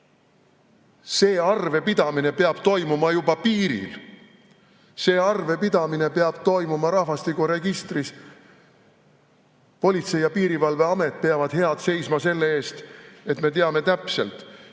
See arvepidamine peab toimuma juba piiril. See arvepidamine peab toimuma rahvastikuregistris. Politsei‑ ja Piirivalveamet peab hea seisma selle eest, et me teaksime täpselt,